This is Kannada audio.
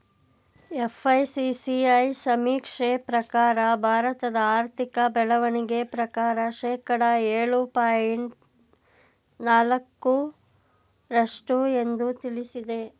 ಎಫ್.ಐ.ಸಿ.ಸಿ.ಐ ಸಮೀಕ್ಷೆ ಪ್ರಕಾರ ಭಾರತದ ಆರ್ಥಿಕ ಬೆಳವಣಿಗೆ ಪ್ರಕಾರ ಶೇಕಡ ಏಳು ಪಾಯಿಂಟ್ ನಾಲಕ್ಕು ರಷ್ಟು ಎಂದು ತಿಳಿಸಿದೆ